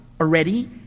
already